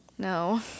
No